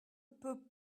peut